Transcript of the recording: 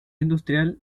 industrial